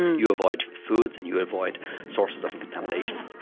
you avoid foods and you avoid sources of and contamination.